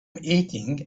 eating